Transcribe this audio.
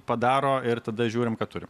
padaro ir tada žiūrim ką turim